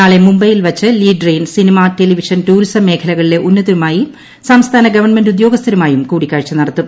നാളെ മുംബൈയിൽ വച്ച് Lee Drain cinema television tourism മേഖലകളിലെ ഉന്നതരുമായി സംസ്ഥാന ഗവൺമെന്റ് ഉദ്യോഗസ്ഥരുമായി കൂടിക്കാഴ്ച നടത്തും